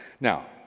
Now